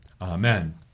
Amen